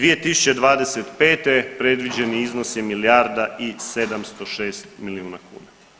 2025. predviđeni iznos je milijarda i 706 milijuna kuna.